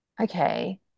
Okay